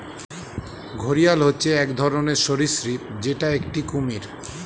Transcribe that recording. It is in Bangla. ঘড়িয়াল হচ্ছে এক ধরনের সরীসৃপ যেটা একটি কুমির